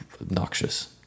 obnoxious